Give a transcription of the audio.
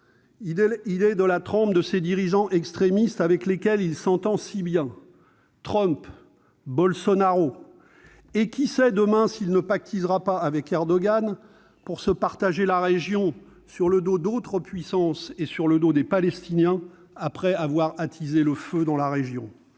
Il est de la trempe de ces dirigeants extrémistes avec lesquels il s'entend si bien, de Trump à Bolsonaro ; qui sait s'il ne pactisera pas, demain, avec Erdogan pour se partager la région sur le dos des autres puissances et des Palestiniens, après avoir attisé le feu dans la région.